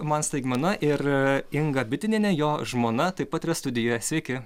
man staigmena ir inga bitinienė jo žmona taip pat yra studijoje sveiki